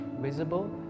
visible